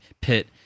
pit